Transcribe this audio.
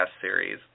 series